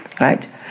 right